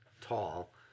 Tall